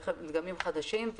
רכב מדגמים חדשים.